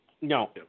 No